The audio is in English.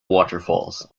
waterfalls